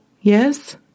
Yes